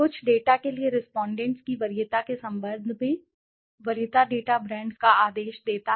कुछ डेटा के लिए रेस्पोंडेंट्स की वरीयता के संदर्भ में वरीयता डेटा ब्रांड का आदेश देता है